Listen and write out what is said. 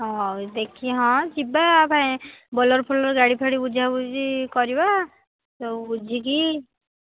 ହଁ ହଉ ଦେଖି ହଁ ଯିବା ଆ କାଇଁ ବୋଲେରୋ ଫୋଲେରୋ ଗାଡ଼ି ଫାଡ଼ି ବୁଝା ବୁଝି କରିବା ସବୁ ବୁଝିକି